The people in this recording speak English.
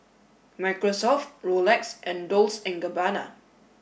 Microsoft Rolex and Dolce and Gabbana